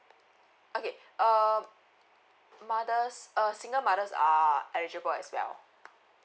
okay um mothers uh single mothers are eligible as well